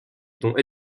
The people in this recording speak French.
dont